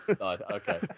Okay